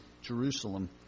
Jerusalem